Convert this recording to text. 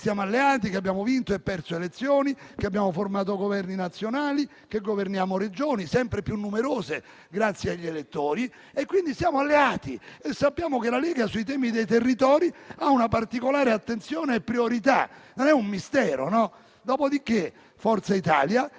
siamo alleati, che abbiamo vinto e perso elezioni, che abbiamo formato Governi nazionali, che governiamo Regioni sempre più numerose grazie agli elettori e quindi siamo alleati e sappiamo che la Lega sui temi dei territori ha una particolare attenzione e priorità: non è un mistero.